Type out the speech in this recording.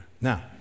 Now